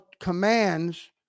commands